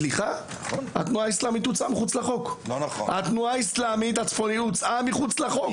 סליחה, התנועה האיסלאמית הוצאה מחוץ לחוק.